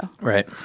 Right